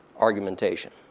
argumentation